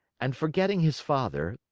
and forgetting his father,